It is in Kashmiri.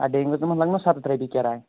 آ بیٚمِیُنۍ تامَتھ لَگنو سَتَتھ رۄپیہِ کِراے